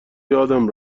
یادم